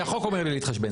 החוק אומר לי להתחשבן.